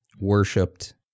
worshipped